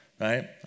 right